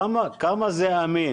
כמה זה אמין?